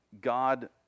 God